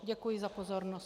Děkuji za pozornost.